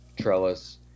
Trellis